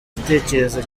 igitekerezo